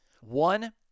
one